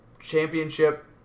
championship